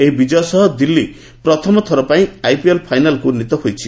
ଏହି ବିଜୟ ସହ ଦିଲ୍ଲୀ ପ୍ରଥମଥର ପାଇଁ ଆଇପିଏଲ୍ ଫାଇନାଲ୍କୁ ଉନ୍ନିତ ହୋଇଛି